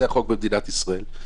זה החוק במדינת ישראל.